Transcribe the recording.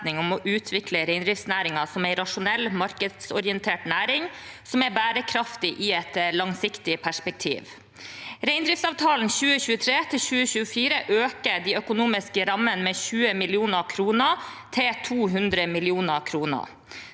om å utvikle reindriftsnæringen som en rasjonell, markedsorientert næring som er bærekraftig i et langsiktig perspektiv. Reindriftsavtalen 2023/2024 øker de økonomiske rammene med 20 mill. kr, til 200 mill. kr.